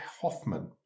Hoffman